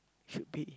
should be